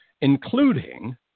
including